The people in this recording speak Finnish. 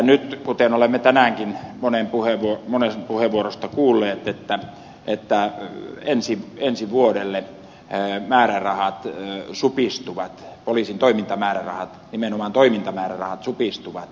nyt kuten olemme tänäänkin monesta puheenvuorosta kuulleet ensi vuodelle poliisin toimintamäärärahat supistuvat